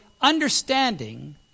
understanding